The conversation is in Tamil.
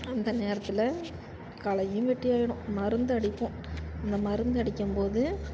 அந்த நேரத்தில் களையும் வெட்டியாயிடும் மருந்தடிப்போம் அந்த மருந்தடிக்கும்போது